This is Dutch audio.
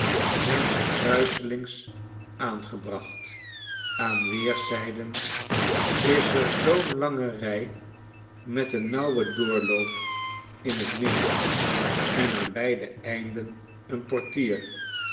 zijn ze kruiselings aangebracht aan weerszijden is er zoo'n langerij met een nauwen doorloop in t midden en aan beide einden een portier